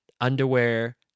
underwear